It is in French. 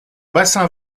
bassin